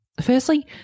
Firstly